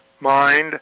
mind